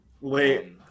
Wait